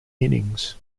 innings